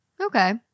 Okay